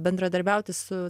bendradarbiauti su